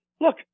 look